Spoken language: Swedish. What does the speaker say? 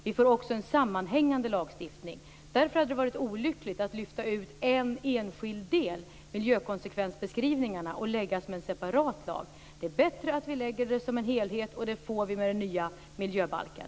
Vi får också en sammanhängande lagstiftning. Därför hade det varit olyckligt att lyfta ut en enskild del, miljökonsekvensbeskrivningarna, och lägga som en separat lag. Det är bättre att vi lägger fram det som en helhet, och det gör vi med den nya miljöbalken.